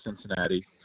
Cincinnati